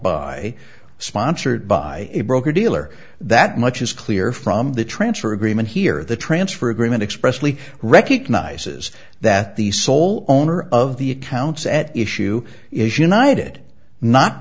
by sponsored by a broker dealer that much is clear from the transfer agreement here the transfer agreement expressly recognizes that the sole owner of the accounts at issue is united no